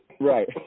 Right